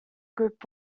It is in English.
group